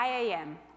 IAM